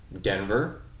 Denver